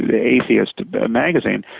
yeah atheist magazine.